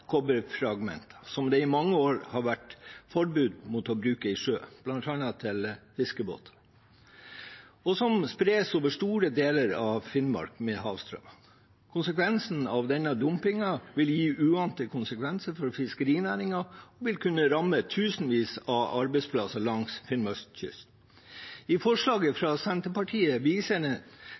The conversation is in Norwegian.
kobberfragmenter som det i mange år har vært forbud mot å bruke i sjøen, bl.a. til fiskebåt, og som spres over store deler av Finnmark med havstrømmen. Denne dumpingen vil gi uante konsekvenser for fiskerinæringen og vil kunne ramme tusenvis av arbeidsplasser langs Finnmarks kyst. I forslaget fra Senterpartiet